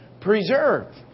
Preserve